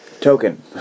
Token